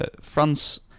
France